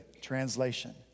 Translation